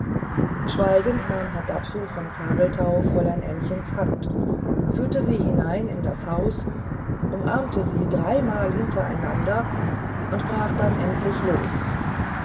schweigend nahm herr dapsul von zabelthau fräulein ännchens hand führte sie hinein in das haus umarmte sie dreimal hintereinander und brach dann endlich los